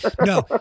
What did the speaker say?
No